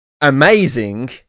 amazing